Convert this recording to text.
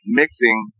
mixing